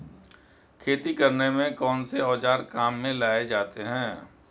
खेती करने में कौनसे औज़ार काम में लिए जाते हैं?